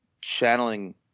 channeling